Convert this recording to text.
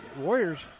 Warriors